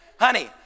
honey